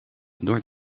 door